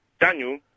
Daniel